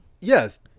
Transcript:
Yes